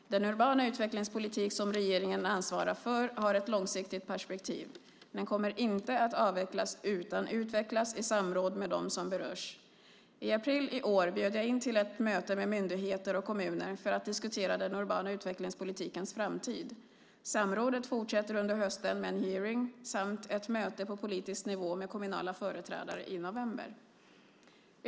Den urbana utvecklingspolitik som regeringen ansvarar för har ett långsiktigt perspektiv. Den kommer inte att avvecklas utan utvecklas i samråd med dem som berörs. I april i år bjöd jag in till ett möte med myndigheter och kommuner för att diskutera den urbana utvecklingspolitikens framtid. Samrådet fortsätter under hösten med en hearing samt ett möte på politisk nivå med kommunala företrädare i november.